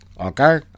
okay